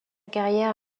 carrière